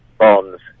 bonds